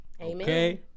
Amen